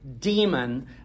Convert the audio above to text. demon